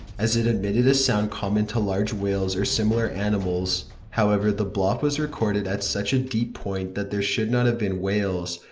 as it emitted a sound common to large whales or similar animals. however, the bloop was recorded at such a deep point that there should not have been whales,